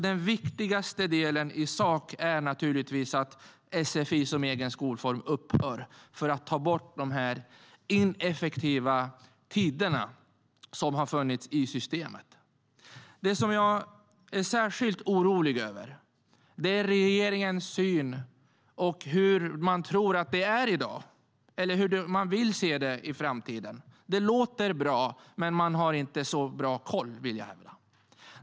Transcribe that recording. Det viktigaste i sak är naturligtvis att sfi som egen skolform upphör och att ineffektiviteten som har funnits i systemet tas bort. Det jag är särskilt orolig över är regeringens syn, hur man tror att det är i dag och hur man vill se det i framtiden. Det låter bra, men man har inte så bra koll, vill jag hävda.